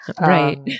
Right